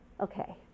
okay